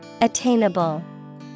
Attainable